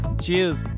Cheers